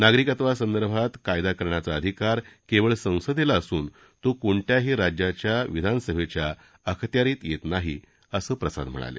नागरिकत्वा संदर्भात कायदा करण्याचा आधिकार केळव संसदेला असून तो कोणत्याही राज्याच्या विधानसभेच्या अखत्यारित येत नाही असं प्रसाद म्हणाले